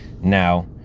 now